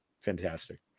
fantastic